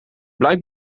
blijkt